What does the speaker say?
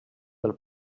del